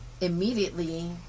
immediately